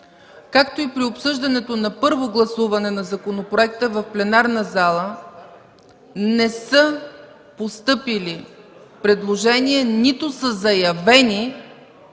както и при обсъждането на първо гласуване на законопроекта в пленарната зала, не са постъпили предложения, нито са заявени